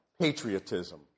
patriotism